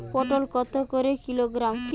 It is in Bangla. পটল কত করে কিলোগ্রাম?